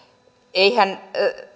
eihän